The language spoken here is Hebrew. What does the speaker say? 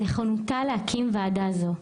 על נכונותה להקים ועדה זו.